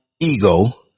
ego